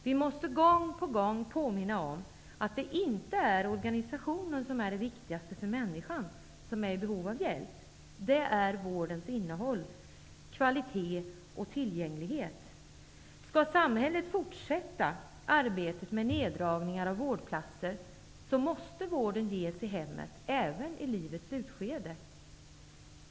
Vi måste gång på gång påminna om att det inte är organisationen som är det viktigaste för den människa som är i behov av hjälp, utan vårdens innehåll, kvalitet och tillgänglighet. Om samhället skall fortsätta arbetet med att minska antalet vårdplatser, måste vården ges i hemmet, även i livets slutskede.